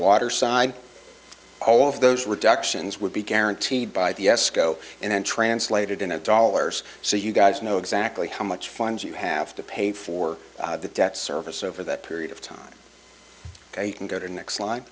water side all of those reductions would be guaranteed by the esko and then translated into dollars so you guys know exactly how much funds you have to pay for that debt service over that period of time you can go to the next line